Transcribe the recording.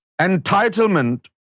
entitlement